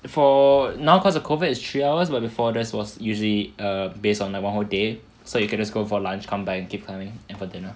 for now cause of COVID is three hours but before this was usually err based on like one whole day so you can just go for lunch come back and keep climbing and for dinner